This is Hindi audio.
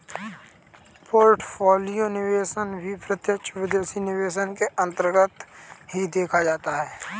पोर्टफोलियो निवेश भी प्रत्यक्ष विदेशी निवेश के अन्तर्गत ही देखा जाता है